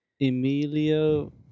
Emilio